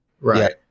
Right